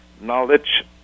Knowledge